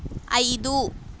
ఐదు